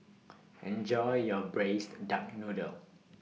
Enjoy your Braised Duck Noodle